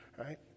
right